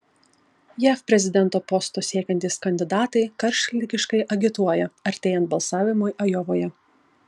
jav prezidento posto siekiantys kandidatai karštligiškai agituoja artėjant balsavimui ajovoje